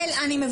אני לא משקר.